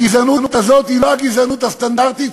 הגזענות הזאת היא לא הגזענות הסטנדרטית,